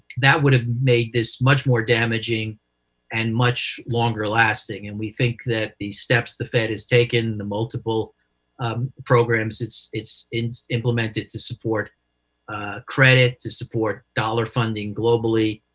that would have made this much more damaging and much longer-lasting, and we think that the steps the fed has taken, the multiple programs it's it's implemented to support credit, to support dollar funding globally,